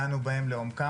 דנו בהן לעומק.